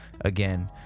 again